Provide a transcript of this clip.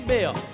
Bill